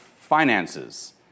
finances